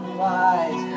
lies